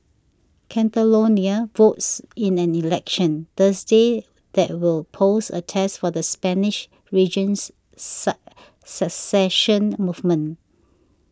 Catalonia votes in an election Thursday that will pose a test for the Spanish region's Sa secession movement